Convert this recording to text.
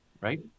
Right